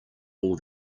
all